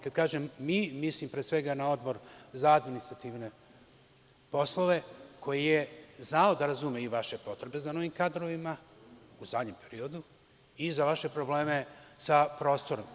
Kad kažem mi, mislim na Odbor za administrativne poslove, koji je znao da razume i vaše potrebe za novim kadrovima u zadnjem periodu i za vaše probleme sa prostorom.